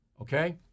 okay